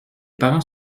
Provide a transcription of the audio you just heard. parents